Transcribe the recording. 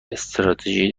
استراتژی